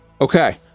Okay